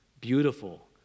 beautiful